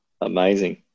amazing